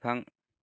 बिफां